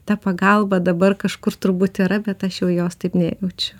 ta pagalba dabar kažkur turbūt yra bet aš jau jos taip nejaučiu